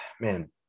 Man